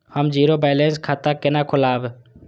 हम zero balance खाता केना खोलाब?